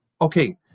Okay